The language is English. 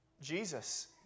Jesus